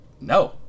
No